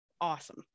awesome